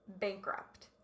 bankrupt